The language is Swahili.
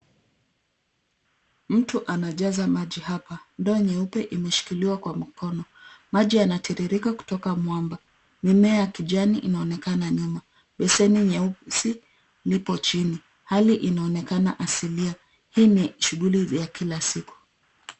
Mtu anajaza maji hapa. Ndoo nyeupe imeshikiliwa kwa mkono. Maji yanatiririka kutoka mwamba. Mimea ya kijani inaonekana nyuma. Beseni nyeusi lipo chini. Hali inaonekana asilia. Hii ni shughuli ya kila siku.